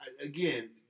Again